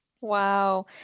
Wow